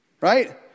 right